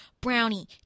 brownie